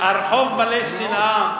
הרחוב מלא שנאה,